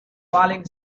falling